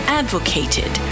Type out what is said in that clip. advocated